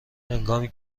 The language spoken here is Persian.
هنگامی